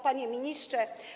Panie Ministrze!